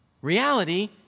Reality